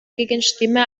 gegenstimme